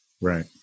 Right